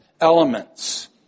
elements